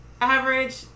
Average